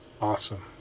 awesome